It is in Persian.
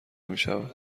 میشود